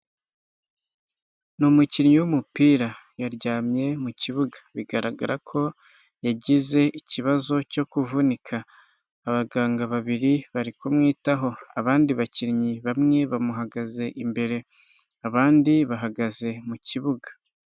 Ni umukinnyi w'umupira. Yaryamye mu kibuga, bigaragara ko yagize ikibazo cyo kuvunika. Abaganga babiri bari kumwitaho, abandi bakinnyi bamwe bamuhagaze imbere, abandi bahagaze mu kibuga.